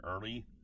early